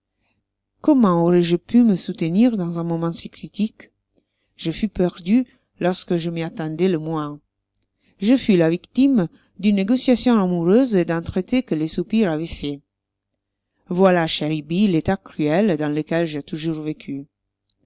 comment aurois je pu me soutenir dans un moment si critique je fus perdu lorsque je m'y attendois le moins je fus la victime d'une négociation amoureuse et d'un traité que les soupirs avoient fait voilà cher ibbi l'état cruel dans lequel j'ai toujours vécu